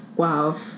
wow